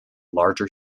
larger